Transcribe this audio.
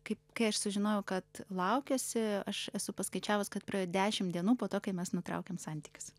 kaip kai aš sužinojau kad laukiuosi aš esu paskaičiavus kad praėjo dešimt dienų po to kai mes nutraukėm santykius